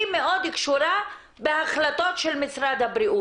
היא מאוד קשורה בהחלטות של משרד הבריאות.